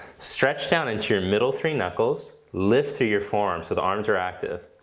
stretch down into your middle three knuckles. lift through your forearms so the arms are active.